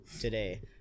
today